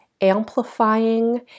amplifying